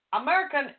American